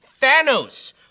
Thanos